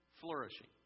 flourishing